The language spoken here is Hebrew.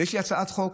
ויש לי הצעת חוק,